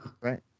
Right